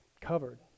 covered